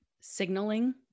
signaling